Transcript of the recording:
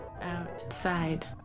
outside